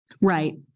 Right